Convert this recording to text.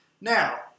Now